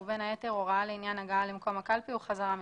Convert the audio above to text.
ובין היתר הוראות לעניין הגעה למקום הקלפי וחזרה ממנו,